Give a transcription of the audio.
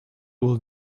will